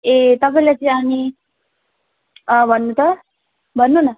ए तपाईँलाई चाहिँ अनि भन्नुहोस् त भन्नुहोस् न